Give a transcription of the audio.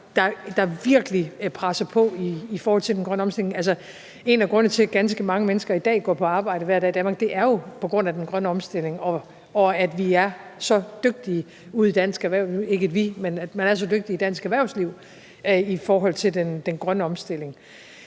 der virkelig presser på i forhold til den grønne omstilling. En af grundene til, at ganske mange mennesker i dag går på arbejde hver dag i Danmark, er jo den grønne omstilling, og at man er så dygtige ude i dansk erhvervsliv i forhold til den grønne omstilling.